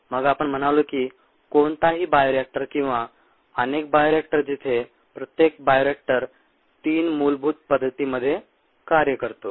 मग आपण म्हणालो की कोणताही बायोरिएक्टर किंवा अनेक बायोरिएक्टर जिथे प्रत्येक बायोरिएक्टर 3 मूलभूत पद्धतींमध्ये कार्य करतो